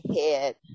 head